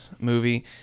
movie